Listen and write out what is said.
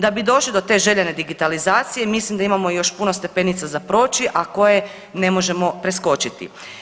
Da bi došli do te željene digitalizacije, mislim da imamo još puno stepenica za proći, a koje ne možemo preskočiti.